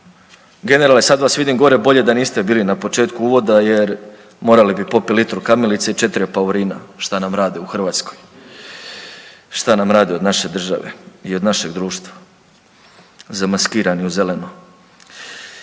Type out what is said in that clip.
Generale, sad vas vidim gore, bolje da niste bili na početku uvoda jer morali bi popit litru kamilice i 4 apaurina šta nam rade u Hrvatskoj. Šta nam rade od naše države i od našeg društva, zamaskirani u zeleno.